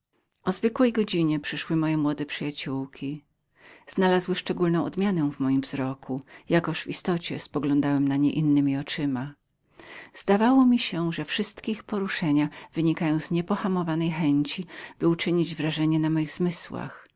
o zwykłej godzinie przyszły moje młode przyjaciołki znalazły szczególną odmianę w moim wzroku jakoż w istocie spoglądałem na nie cale innemi oczyma wszystkie ich poruszenia zdawały mi się wynikać z niepohamowanej chęci uczynienia wrażenia na moich zmysłach